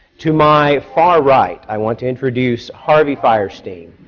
to my far right, i want to introduce harvey fierstein,